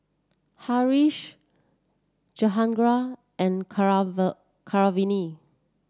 Haresh Jehangirr and Keeravani